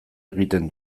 egiten